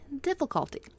Difficulty